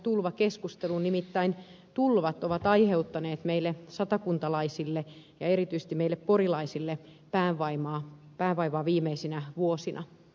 nimittäin tulvat ovat aiheuttaneet meille satakuntalaisille ja erityisesti meille porilaisille päänvaivaa viimeisinä vuosina